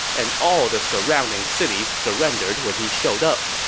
and all the surrounding cities surrendered when he showed up.